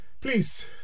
Please